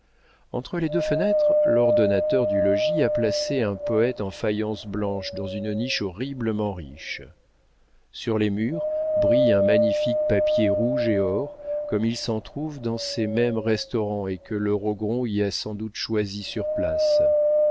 entre les deux fenêtres l'ordonnateur du logis a placé un poêle en faïence blanche dans une niche horriblement riche sur les murs brille un magnifique papier rouge et or comme il s'en trouve dans ces mêmes restaurants et que le rogron y a sans doute choisi sur place